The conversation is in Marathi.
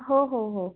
हो हो हो